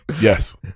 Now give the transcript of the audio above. yes